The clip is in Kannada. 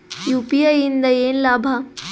ಯು.ಪಿ.ಐ ಇಂದ ಏನ್ ಲಾಭ?